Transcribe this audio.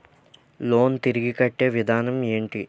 Loan తిరిగి కట్టే విధానం ఎంటి?